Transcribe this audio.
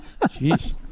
Jeez